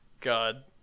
God